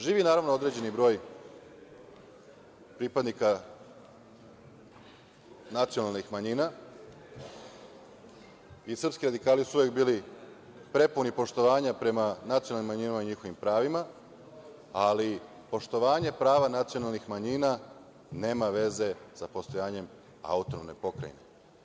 Živi naravno određeni broj pripadnika nacionalnih manjina i srpski radikali su uvek bili prepuni poštovanja prema nacionalnim manjinama i njihovim pravima, ali poštovanje prava nacionalnih manjina nema veze sa postojanjem autonomne pokrajine.